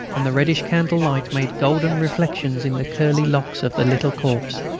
and the reddish candle-light made golden reflections in the curly locks of the little corpse.